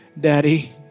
Daddy